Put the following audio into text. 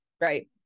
Right